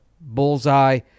bullseye